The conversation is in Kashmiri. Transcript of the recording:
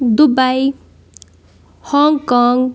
Dubai Hong Kong